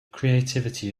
creativity